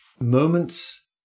moments